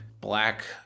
black